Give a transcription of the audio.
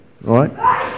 right